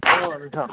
अह नोंथां